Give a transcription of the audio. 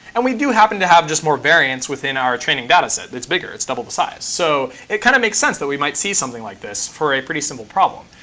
and we do happen to have just more variance within our training data set. it's bigger. it's double the size. so it kind of makes sense that we might see something like this for a pretty simple problem.